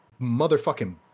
motherfucking